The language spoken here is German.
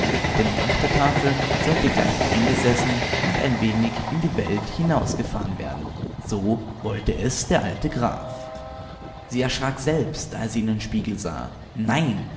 denn nach der tafel sollte gleich eingesessen und ein wenig in die welt hinausgefahren werden so wollte es der alte graf sie erschrak selbst als sie in den spiegel sah nein